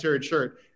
shirt